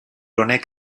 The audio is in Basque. honek